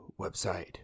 website